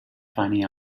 finding